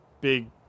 big